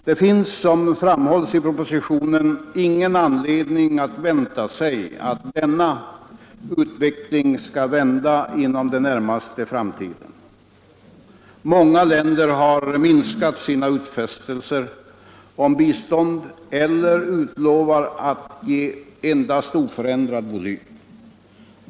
Det finns — som framhålls i propositionen — ingen anledning vänta sig att denna utveckling skall vända inom den närmaste framtiden. Många länder har minskat sina utfästelser om bistånd eller utlovar att ge endast oförändrad volym.